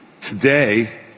today